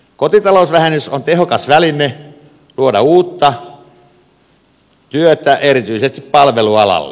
kotitalousvähennys on tehokas väline luoda uutta työtä erityisesti palvelualalle